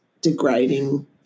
degrading